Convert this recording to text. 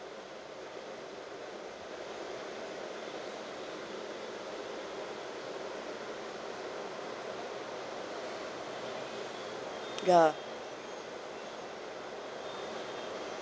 ya